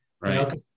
Right